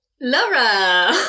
Laura